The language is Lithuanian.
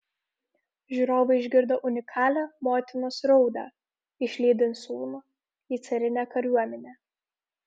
žiūrovai išgirdo unikalią motinos raudą išlydint sūnų į carinę kariuomenę